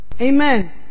Amen